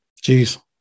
Jeez